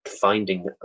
finding